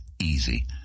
easy